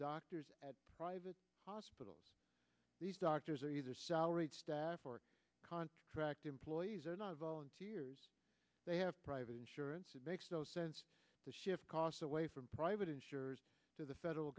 doctors at private hospitals these doctors are either salaried staff or contract employees are not volunteers they have private insurance it makes no sense to shift costs away from private insurers to the federal